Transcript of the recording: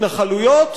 התנחלויות,